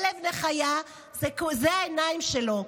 כלב נחייה הוא העיניים שלו.